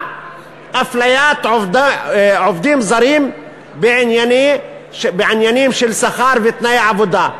אפליית עובדים זרים בעניינים של שכר ותנאי עבודה.